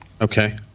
Okay